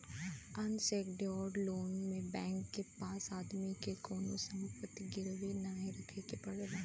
unsecured loan में bank के पास आदमी के कउनो संपत्ति गिरवी नाहीं रखे के पड़ला